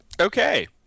Okay